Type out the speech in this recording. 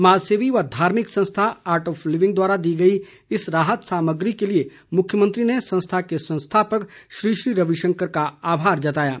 समाज सेवी व धार्मिक संस्था आर्ट ऑफ लिविंग द्वारा दी गई इस राहत सामग्री के लिए मुख्यमंत्री ने संस्था के स्थापक श्री श्री रविशंकर का आभार जताया है